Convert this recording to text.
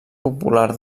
popular